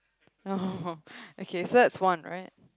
no okay so that's one right